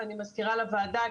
ואני מזכירה לוועדה,